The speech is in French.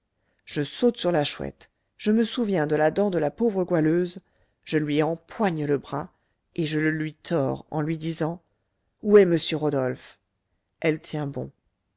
je saute sur la chouette je me souviens de la dent de la pauvre goualeuse je lui empoigne le bras et je le lui tords en lui disant où est m rodolphe elle tient bon